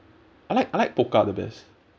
I like I like pokka the best